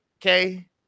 okay